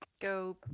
go